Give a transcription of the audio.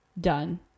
Done